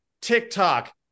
TikTok